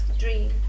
dream